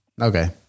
Okay